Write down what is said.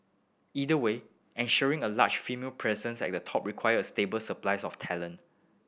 either way ensuring a larger female presence at the top requires a stable supplies of talent